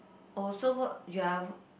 oh so work you are